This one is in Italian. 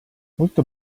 molto